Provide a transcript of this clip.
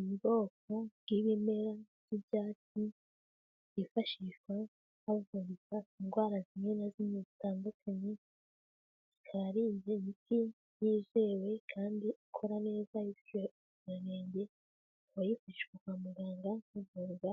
Ubwoko bw'ibimera by'ibyatsi byifashishwa havurwa indwara zimwe na zimwe zitandukanye. Ikaba ari imiti yizewe kandi ikora neza, ifite ubuzirangenge. Uwayifashe kwa muganga havurwa